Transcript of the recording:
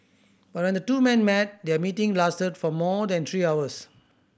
but when the two men met their meeting lasted for more than three hours